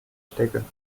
stecken